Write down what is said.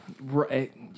Right